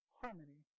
harmony